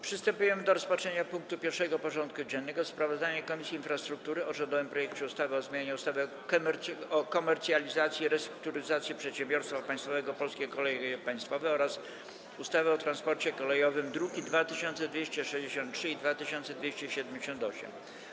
Przystępujemy do rozpatrzenia punktu 1. porządku dziennego: Sprawozdanie Komisji Infrastruktury o rządowym projekcie ustawy o zmianie ustawy o komercjalizacji i restrukturyzacji przedsiębiorstwa państwowego „Polskie Koleje Państwowe” oraz ustawy o transporcie kolejowym (druki nr 2263 i 2278)